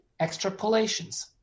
extrapolations